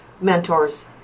mentors